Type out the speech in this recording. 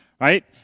right